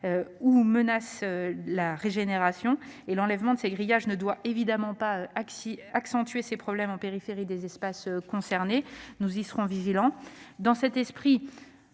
ou menace la régénération des forêts, et l'enlèvement de ces grillages ne doit pas accentuer ces problèmes en périphérie des espaces concernés. Nous y serons vigilants. Dans cet esprit,